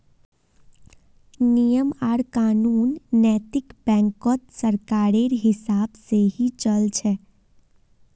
नियम आर कानून नैतिक बैंकत सरकारेर हिसाब से ही चल छ